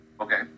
Okay